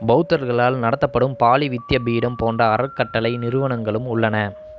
பௌத்தர்களால் நடத்தப்படும் பாலி வித்யப்பீடம் போன்ற அறக்கட்டளை நிறுவனங்களும் உள்ளன